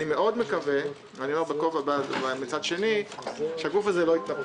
אני מקווה מאוד שהגוף הזה לא יתנפח.